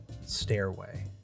stairway